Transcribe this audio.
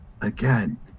Again